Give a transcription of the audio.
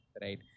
right